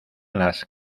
las